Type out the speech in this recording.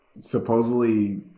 supposedly